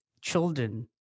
children